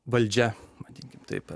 valdžia vadinkim taip